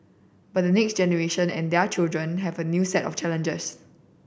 but next generation and their children have a new set of challenges